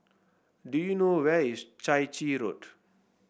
do you know where is Chai Chee Road